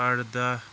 اَرٕداہ